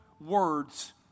words